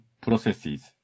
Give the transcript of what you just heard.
processes